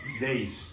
days